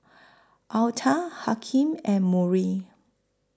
Altha Hakeem and Murry